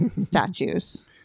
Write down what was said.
statues